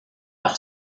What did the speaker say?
par